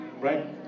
right